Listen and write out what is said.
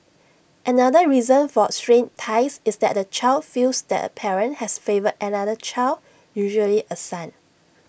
another reason for strained ties is that the child feels the parent has favoured another child usually A son